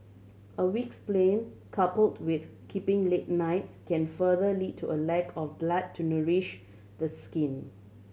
a weak spleen coupled with keeping late nights can further lead to a lack of blood to nourish the skin